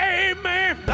amen